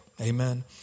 Amen